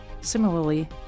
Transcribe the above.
Similarly